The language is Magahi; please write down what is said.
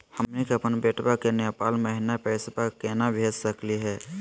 हमनी के अपन बेटवा क नेपाल महिना पैसवा केना भेज सकली हे?